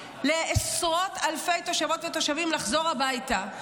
לעשרות אלפי תושבות ותושבים לחזור הביתה,